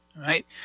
right